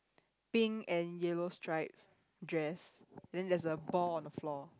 pink and yellow stripes dress then there's a ball on the floor